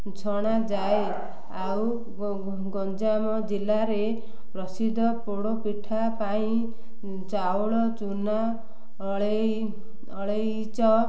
ଛଣାଯାଏ ଆଉ ଗଞ୍ଜାମ ଜିଲ୍ଲାରେ ପ୍ରସିଦ୍ଧ ପୋଡ଼ ପିଠା ପାଇଁ ଚାଉଳ ଚୂନା ଅଳେଇଚ